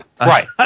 Right